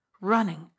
Running